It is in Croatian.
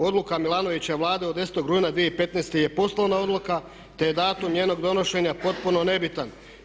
Odluka Mihanovićeve Vlade od 10.rujna 20158. je poslovna odluka te je datum njenog donošenja potpuno nebitan.